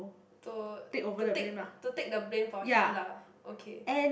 to to take to take the blame for him lah okay